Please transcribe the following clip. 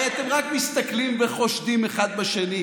הרי אתם רק מסתכלים וחושדים אחד בשני.